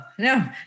No